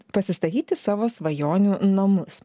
pasistatyti savo svajonių namus